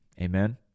Amen